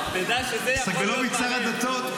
סגלוביץ' שר הדתות?